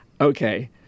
Okay